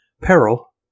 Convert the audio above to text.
Peril